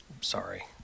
sorry